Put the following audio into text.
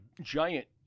giant